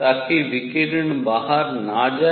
ताकि विकिरण बाहर न जाए